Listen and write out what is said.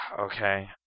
Okay